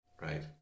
Right